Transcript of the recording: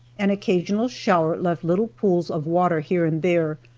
an occasional shower left little pools of water here and there,